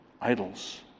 idols